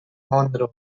monroe